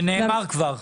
זה נאמר כבר.